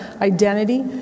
Identity